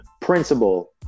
principal